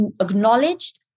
acknowledged